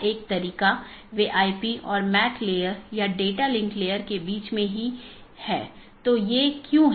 इस प्रकार एक AS में कई राऊटर में या कई नेटवर्क स्रोत हैं